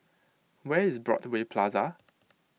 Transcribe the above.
where is Broadway Plaza